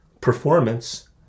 performance